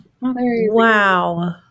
Wow